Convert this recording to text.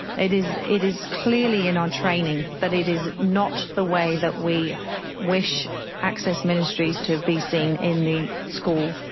it is it is clearly in our training that it is not the way that we wish access ministries to be seen in the school.